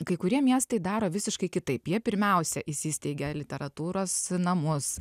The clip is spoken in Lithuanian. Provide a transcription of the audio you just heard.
kai kurie miestai daro visiškai kitaip jie pirmiausia įsteigia literatūros namus